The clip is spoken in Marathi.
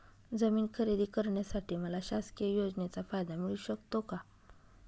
जमीन खरेदी करण्यासाठी मला शासकीय योजनेचा फायदा मिळू शकतो का?